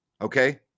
Okay